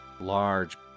Large